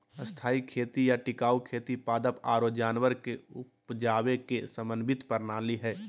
स्थायी खेती या टिकाऊ खेती पादप आरो जानवर के उपजावे के समन्वित प्रणाली हय